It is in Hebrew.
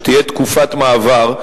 שתהיה תקופת מעבר,